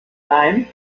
leim